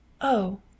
Oh